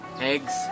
eggs